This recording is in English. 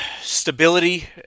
stability